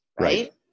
right